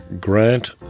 Grant